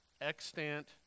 extant